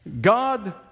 God